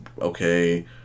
okay